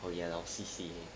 oh ya lor C C